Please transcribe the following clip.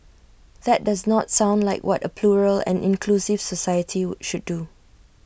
that does not sound like what A plural and inclusive society should do